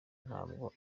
ntabwo